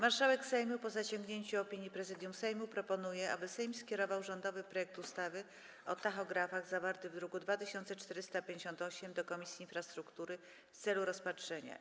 Marszałek Sejmu, po zasięgnięciu opinii Prezydium Sejmu, proponuje, aby Sejm skierował rządowy projekt ustawy o tachografach, zawarty w druku nr 2458, do Komisji Infrastruktury w celu rozpatrzenia.